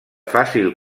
fàcil